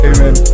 Amen